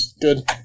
Good